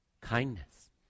kindness